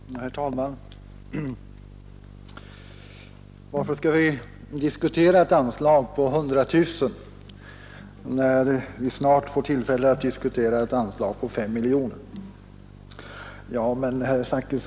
Herr talman! Varför skall vi diskutera ett anslag på 100 000 kronor, när vi snart får tillfälle att diskutera ett anslag på 5 miljoner kronor? frågade herr Zachrisson.